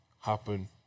happen